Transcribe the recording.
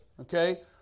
Okay